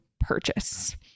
Purchase